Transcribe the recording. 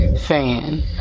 fan